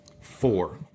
Four